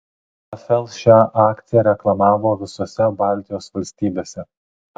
fl šią akciją reklamavo visose baltijos valstybėse